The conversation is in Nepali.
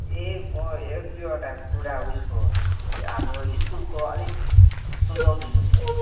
ए म एक दुईवटा कुरा उसको हाम्रो स्कुलको अलिक सुझाउ दिनु थियो